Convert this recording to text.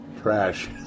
trash